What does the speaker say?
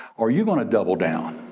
are you gonna double down?